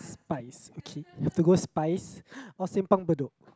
spize okay you have to go spize or simpang-bedok